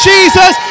Jesus